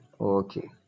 Okay